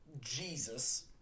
Jesus